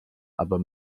aber